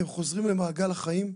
הם חוזרים למעגל החיים,